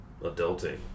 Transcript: adulting